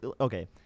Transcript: okay